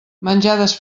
menjades